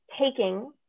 taking